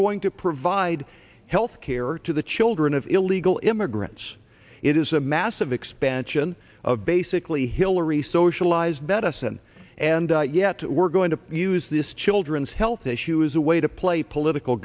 going to provide health care to the children of illegal immigrants it is a massive expansion of basically hillary socialized medicine and yet we're going to use this children's health issue as a way to play political